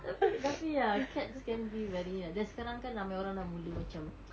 tapi tapi ya cats can be very then sekarang ramai orang dah mula macam